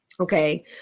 Okay